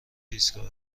ایستگاه